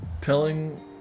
telling